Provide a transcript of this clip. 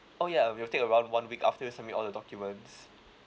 oh ya will take around one week after you submit all the documents